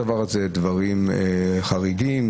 דברים חריגים,